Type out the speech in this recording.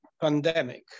pandemic